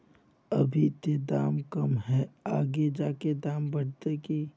अभी ते दाम कम है आगे जाके दाम बढ़ते की?